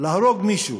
להרוג מישהו